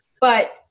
but-